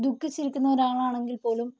ദുഃഖിച്ചിരിക്കുന്ന ഒരാളാണെങ്കില് പോലും